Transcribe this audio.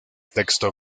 texto